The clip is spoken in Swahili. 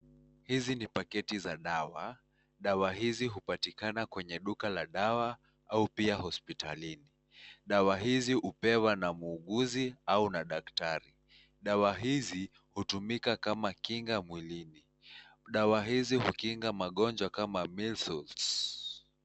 Hizi ni paketi za dawa. Dawa hizi upatika kwenye duka la dawa au pia hospitali. Dawa hizi upewa na muuguzi au na daktani. Dawa hizi utumika kama kinga mwilini. Dawa hizi ukinga magonjwa kama (cs)Measles(cs)